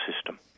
system